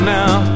now